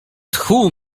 tchu